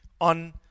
on